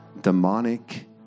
demonic